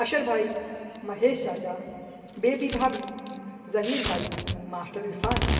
اشہر بھائی مہیش چاچا بیبی بھابھی ظہیر بھائی ماسٹر عرفان